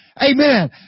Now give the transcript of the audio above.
Amen